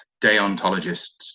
deontologists